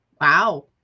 Wow